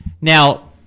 Now